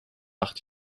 acht